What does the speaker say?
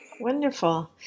Wonderful